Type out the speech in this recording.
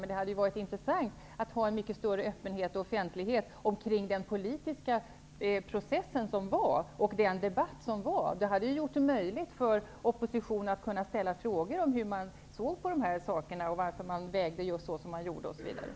Men det hade varit intressant att ha en mycket större öppenhet och offentlighet omkring den politiska process och den debatt som var. Det hade gjort det möjligt för oppositionen att ställa frågor om hur regeringen såg på detta och varför man gjorde de avvägningar som gjordes.